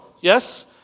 Yes